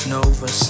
Nova